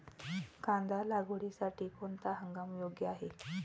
कांदा लागवडीसाठी कोणता हंगाम योग्य आहे?